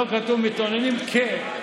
לא כתוב "מתאוננים" "כ-".